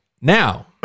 Now